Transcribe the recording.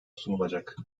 sunulacak